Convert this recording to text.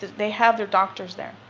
they have their doctors there.